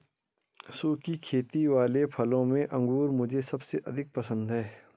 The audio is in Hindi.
सुखी खेती वाले फलों में अंगूर मुझे सबसे अधिक पसंद है